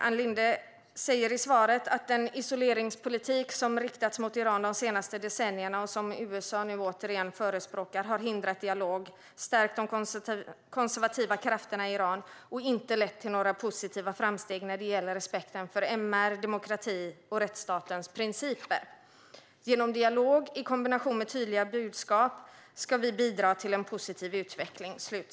Ann Linde säger i svaret: "Den isoleringspolitik som riktats mot Iran de senaste decennierna, och som USA nu återigen förespråkar, har hindrat dialog, stärkt de konservativa krafterna i Iran och inte lett till några positiva framsteg när det gäller respekten för MR, demokrati och rättsstatens principer. Genom dialog i kombination med tydliga budskap kan vi bidra till en positiv utveckling."